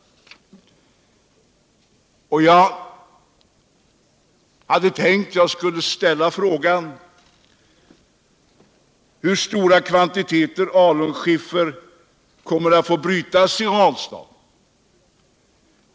Det finns anledning att än en gång ställa frågan: Hur stora kvantiteter alunskiffer får brytas i Ranstad?